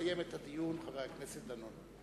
ויסיים את הדיון חבר הכנסת דנון.